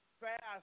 fast